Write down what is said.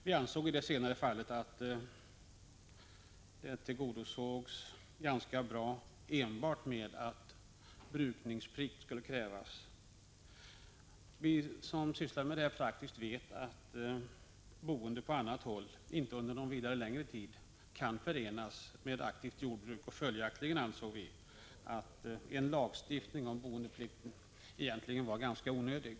Vi ansåg i det senare fallet att kravet tillgodosågs rätt bra enbart med att brukningsplikt skulle införas. Vi som praktiskt sysslar med jordbruk vet att boende på annat håll inte under särskilt lång tid kan förenas med aktivt jordbruk. Följaktligen ansåg vi att en lagstiftning om boendeplikt egentligen var ganska onödig.